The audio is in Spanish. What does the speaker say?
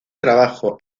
trabajo